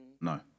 No